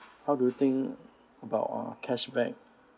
how do you think about uh cashback